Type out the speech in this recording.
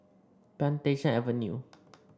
Plantation Avenue